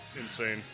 insane